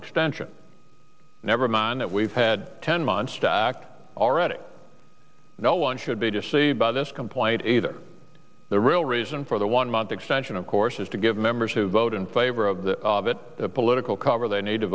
extension never mind that we've had ten months to act already no one should be deceived by this complaint either the real reason for the one month extension of course is to give members who vote in favor of the of it political cover they need to